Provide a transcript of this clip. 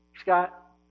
Scott